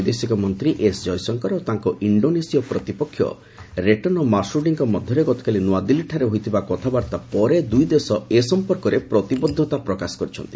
ବୈଦେଶିକ ମନ୍ତ୍ରୀ ଏସ୍ ଜୟଶଙ୍କର ଓ ତାଙ୍କ ଇଣ୍ଡୋନେସିୟ ପ୍ରତିପକ୍ଷ ରେଟନୋ ମାର୍ସୁଡିଙ୍କ ମଧ୍ୟରେ ଗତକାଲି ନୂଆଦିଲ୍ଲୀରେ ହୋଇଥିବା କଥାବାର୍ତ୍ତା ପରେ ଦୁଇ ଦେଶ ଏ ସମ୍ପର୍କରେ ପ୍ରତିବଦ୍ଧତା ପ୍ରକାଶ କରିଛନ୍ତି